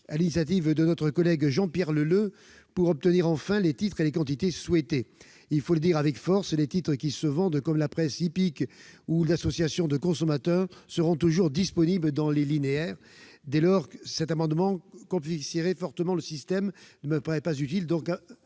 l'initiative de notre collègue Jean-Pierre Leleux, pour obtenir enfin les titres et les quantités souhaités. Il faut le dire avec force : les titres qui se vendent, comme la presse hippique ou d'association de consommateurs, seront toujours disponibles dans les linéaires. Dès lors, cet amendement, qui complexifierait fortement le système, ne me paraît pas utile.